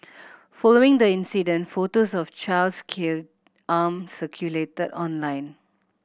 following the incident photos of child's scalded arm circulated online